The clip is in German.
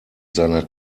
seiner